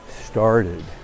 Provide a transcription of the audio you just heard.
started